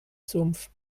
sumpf